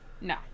no